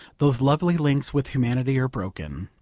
those lovely links with humanity are broken.